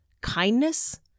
kindness